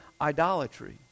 idolatry